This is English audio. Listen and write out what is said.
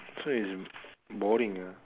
so is boring lah